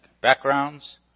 backgrounds